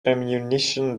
ammunition